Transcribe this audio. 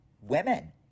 women